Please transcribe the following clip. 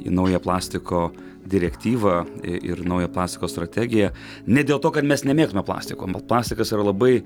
į naują plastiko direktyvą ir naują plastiko strategiją ne dėl to kad mes nemėgtume plastiko plastikas yra labai